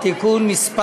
16),